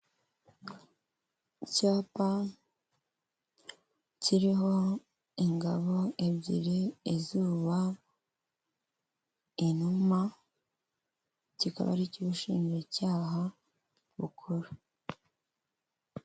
Icyapa kiriho ingabo ebyiri, izuba, inuma, kikaba ari icy'ubushinjacyaha bukuru.